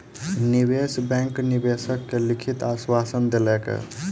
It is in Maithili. निवेश बैंक निवेशक के लिखित आश्वासन देलकै